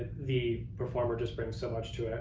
the performer just brings so much to it.